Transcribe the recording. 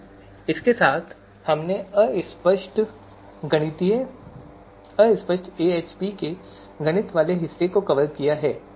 तो इसके साथ हमने अस्पष्ट AHP के गणित वाले हिस्से को कवर किया है